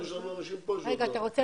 הממשלה.